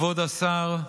כבוד השר,